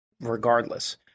regardless